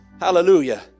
Hallelujah